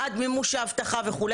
עד מימוש ההבטחה וכו',